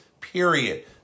period